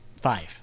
Five